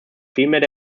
vielmehr